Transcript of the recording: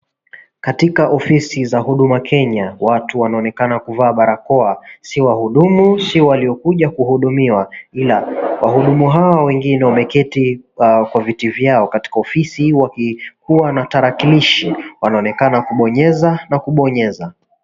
Katika ofisi za huduma Kenya watu wanonekana kuvaa barakoa si wahudumu si waliokuja kuhudumiwa ila wahudumu hao wengine wameketi kwa viti vyao katika ofisi wakikuwa na tarakilishi wanaonekana kubonyeza na kubonyeza.